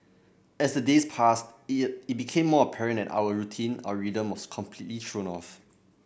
as the days passed it it became more apparent that our routine our rhythm was completely thrown off